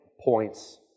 points